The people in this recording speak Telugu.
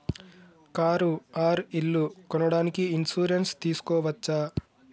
కారు ఆర్ ఇల్లు కొనడానికి ఇన్సూరెన్స్ తీస్కోవచ్చా?